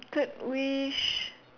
third wish